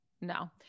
No